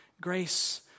Grace